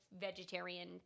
vegetarian